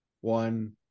one